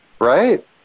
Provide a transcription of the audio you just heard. right